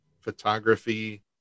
photography